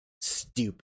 Stupid